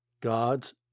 God's